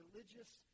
Religious